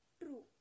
true।